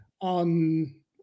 on